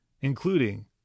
including